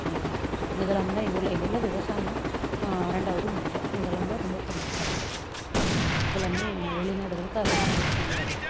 இதெல்லாம்தான் எங்கூரில் எங்கூரில் விவசாயம் ரெண்டாவது முட்டை இதெல்லாம்தான் ரொம்ப பேமஸ் இருக்குது இதெல்லாம் வெளிநாடுகளுக்கு அதிகமாக ஏற்றுமதி ஆகுது